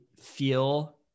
feel